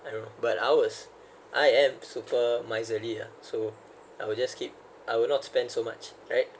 I don't know but I was I am super miserly ah so I will just keep I will not spend so much right